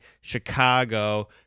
Chicago